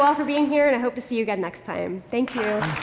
all for being here and i hope to see you again next time. thank you.